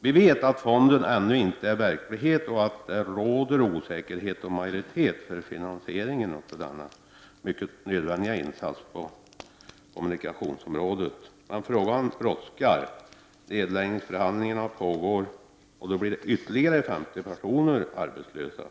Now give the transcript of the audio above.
Vi vet att den föreslagna fonden ännu inte är verklighet och att det råder osäkerhet om det finns en majoritet för finansiering av denna mycket nödvändiga insats på kommunikationsområdet. Men frågan brådskar. Nedläggningsförhandlingar pågår, och det kommer att leda till att ytterligare 50 personer blir arbetslösa.